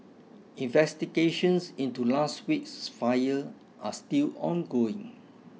investigations into last week's fire are still ongoing